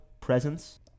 presence